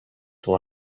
will